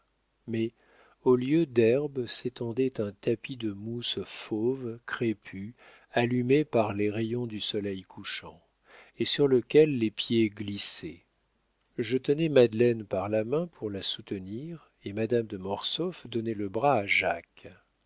mais au lieu d'herbes s'étendait un tapis de mousses fauves crépues allumées par les rayons du soleil couchant et sur lequel les pieds glissaient je tenais madeleine par la main pour la soutenir et madame de mortsauf donnait le bras à jacques